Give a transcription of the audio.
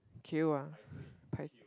queue ah